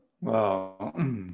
Wow